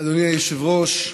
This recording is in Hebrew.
אדוני היושב-ראש,